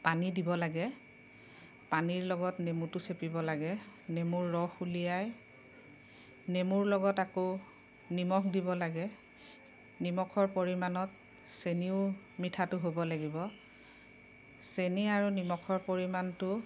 পানী দিব লাগে পানীৰ লগত নেমুটো চেপিব লাগে নেমুৰ ৰস উলিয়াই নেমুৰ লগত আকৌ নিমখ দিব লাগে নিমখৰ পৰিমাণত চেনিও মিঠাটো হ'ব লাগিব চেনি আৰু নিমখৰ পৰিমাণটো